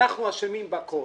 אנחנו אשמים בכל,